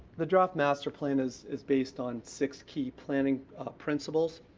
the draft master plan is is based on six key planning principles.